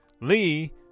Lee